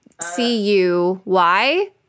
C-U-Y